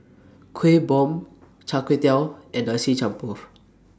Kuih Bom Char Kway Teow and Nasi Campur